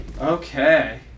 Okay